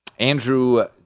Andrew